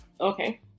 Okay